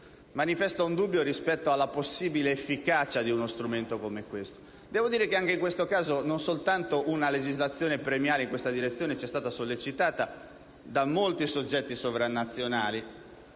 altrimenti mi scuso - rispetto alla possibile efficacia di uno strumento come questo. Devo dire che, in questo caso, non soltanto una legislazione premiale in questa direzione ci è stata sollecitata da molti soggetti sovranazionali,